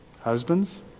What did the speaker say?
Husbands